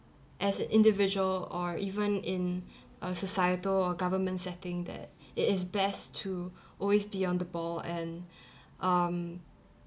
as an individual or even in uh societal or government setting that it is best to always be on the ball and um